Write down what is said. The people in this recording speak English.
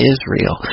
Israel